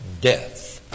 death